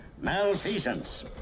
malfeasance